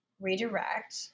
redirect